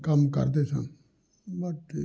ਕੰਮ ਕਰਦੇ ਸਨ